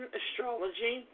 astrology